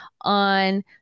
on